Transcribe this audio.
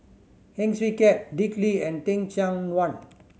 Heng Swee Keat Dick Lee and Teh Cheang Wan